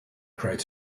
crater